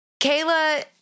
Kayla